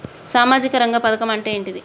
సామాజిక రంగ పథకం అంటే ఏంటిది?